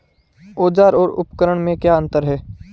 औज़ार और उपकरण में क्या अंतर है?